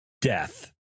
death